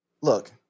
look